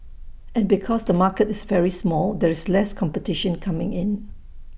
and because the market is very small there's less competition coming in